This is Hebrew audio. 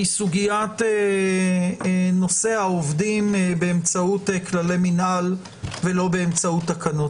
סוגית העובדים באמצעות כללי מינהל ולא באמצעות תקנות.